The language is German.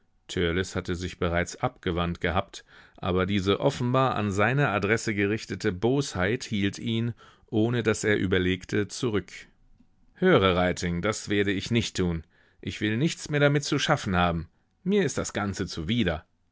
hatte sich bereits abgewandt gehabt aber diese offenbar an seine adresse gerichtete bosheit hielt ihn ohne daß er überlegte zurück höre reiting das werde ich nicht tun ich will nichts mehr damit zu schaffen haben mir ist das ganze zuwider